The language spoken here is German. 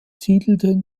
siedelten